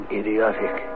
idiotic